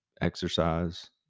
exercise